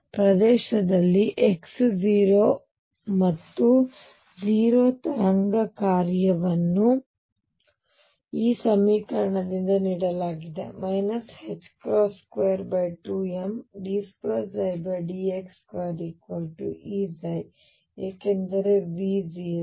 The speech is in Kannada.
ಆದ್ದರಿಂದ ಪ್ರದೇಶದಲ್ಲಿ x 0 ಮತ್ತು a ತರಂಗ ಕಾರ್ಯವನ್ನು ಈ ಸಮೀಕರಣದಿಂದ ನೀಡಲಾಗಿದೆ 22md2 dx2Eψ ಏಕೆಂದರೆ V 0